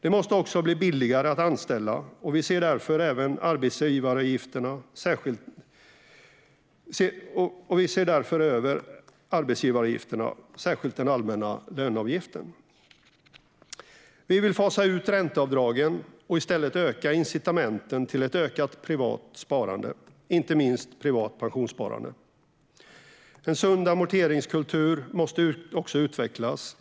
Det måste också bli billigare att anställa, och vi ser därför över arbetsgivaravgifterna, särskilt den allmänna löneavgiften. Vi vill fasa ut ränteavdragen och i stället öka incitamenten för ett ökat privat sparande, inte minst privat pensionssparande. En sund amorteringskultur måste också utvecklas.